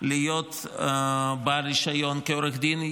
להיות בעל רישיון עורך דין,